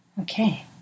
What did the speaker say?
Okay